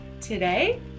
today